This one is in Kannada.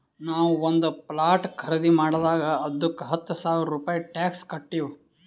ನಾವು ಒಂದ್ ಪ್ಲಾಟ್ ಖರ್ದಿ ಮಾಡಿದಾಗ್ ಅದ್ದುಕ ಹತ್ತ ಸಾವಿರ ರೂಪೆ ಟ್ಯಾಕ್ಸ್ ಕಟ್ಟಿವ್